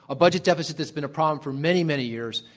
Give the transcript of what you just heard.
a budget deficit that's been a problem for many, many years,